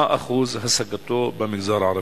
מה אחוז השגתו במגזר הערבי?